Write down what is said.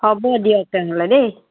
হ'ব দিয়ক তেনেহ'লে দেই